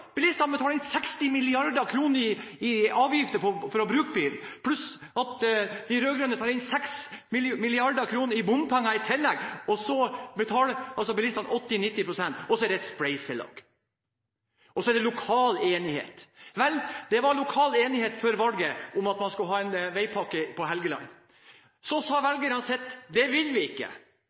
60 mrd. kr i avgifter for å bruke bilen, pluss at de rød-grønne tar inn 6 mrd. kr i bompenger i tillegg, og bilistene betaler altså 80–90 pst. Og det er et spleiselag! Så var det om lokal enighet. Vel, det var lokal enighet før valget om at man skulle ha en veipakke på Helgeland. Velgerne sa så sitt: Det vil vi ikke.